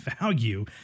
value